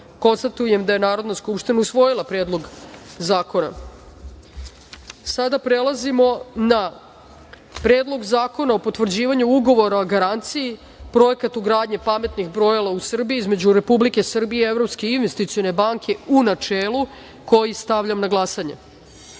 zakon. Konstatujem da je Narodna skupština usvojila Predlog zakona. Stavljam na glasanje Predlog zakona o potvrđivanju Ugovora o garanciji Projekat ugradnje pametnih brojila u Srbiji između Republike Srbije i Evropske investicione banke, u načelu. Zaključujem glasanje: